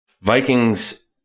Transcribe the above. Vikings